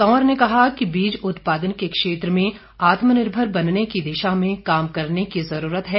कंवर ने कहा कि उत्पादन के क्षेत्र में आत्मनिर्भर बनने की दिशा में काम करने की जरूरत है